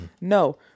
No